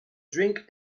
drink